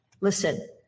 Listen